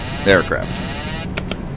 aircraft